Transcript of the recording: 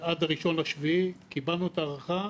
עד ה-1 ביולי, קיבלנו את ההארכה.